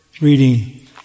reading